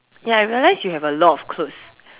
ya I realize you have a lot of clothes